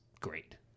great